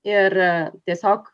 ir tiesiog